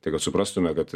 tai kad suprastume kad